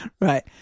Right